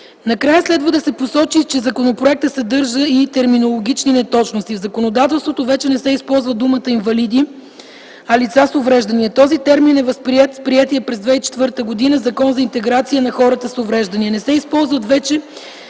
Накрая следва да се посочи, че законопроектът съдържа терминологични неточности. В законодателството вече не се използва думата „инвалиди”, а „лица с увреждания”. Този термин е възприет с приетия през 2004 г. Закон за интеграция на хората с увреждания. Не се използват вече